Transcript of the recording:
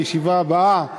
הישיבה הבאה תתקיים,